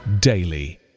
daily